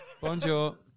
Bonjour